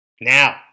Now